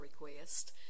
request